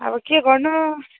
अब के गर्नु